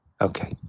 Okay